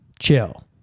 Chill